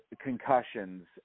concussions